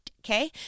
okay